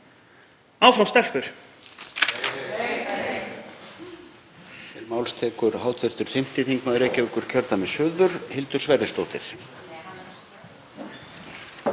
Áfram, stelpur.